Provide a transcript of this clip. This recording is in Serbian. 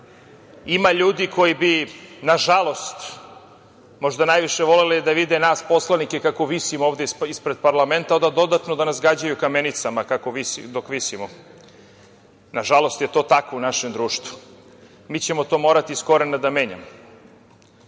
ima ljudi koji bi nažalost možda najviše voleli da vide nas poslanike kako visimo ovde ispred parlamenta i dodatno da nas gađaju kamenicama dok visimo. Nažalost je to tako u našem društvu. Mi ćemo to morati iz korena da menjamo. Sad,